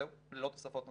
זהו, ללא תוספות נוספות.